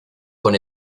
con